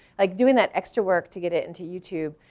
like doing that extra work to get it into youtube.